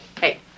hey